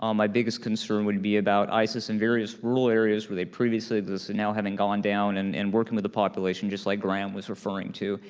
um my biggest concern would be about isis in various rural areas where they previously, and now having gone down, and and working with the population, just like graeme was referring to,